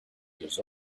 years